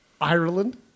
Ireland